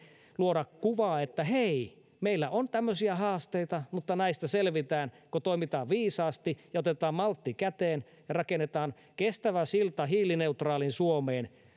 luoda kuvaa että hei meillä on tämmöisiä haasteita mutta näistä selvitään kun toimitaan viisaasti otetaan maltti käteen ja rakennetaan kestävä silta hiilineutraaliin suomeen